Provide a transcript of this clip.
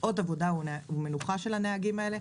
שעות עבודה ומנוחה של הנהגים האלה,